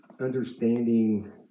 understanding